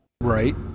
Right